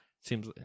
Seems